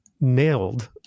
nailed